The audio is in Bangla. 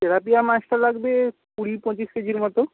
তেলাপিয়া মাছটা লাগবে কুড়ি পঁচিশ কেজির মতো